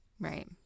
Right